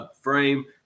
frame